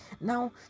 Now